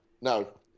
No